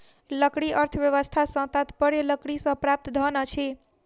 लकड़ी अर्थव्यवस्था सॅ तात्पर्य लकड़ीसँ प्राप्त धन अछि